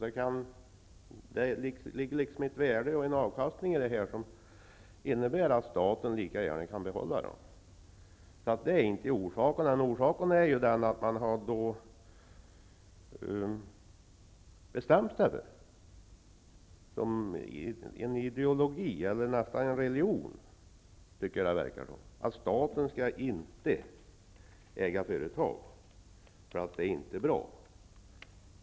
Det ligger liksom ett värde, en avkastning, i detta som innebär att staten lika gärna kan behålla företagen. Orsaken finns alltså inte där, utan orsaken är helt enkelt att man bekänner sig till ideologi -- eller nästan en religion, tycker jag det verkar som -- att staten inte skall äga företag, för detta är inte lämpligt.